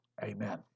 amen